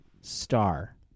star